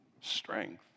strength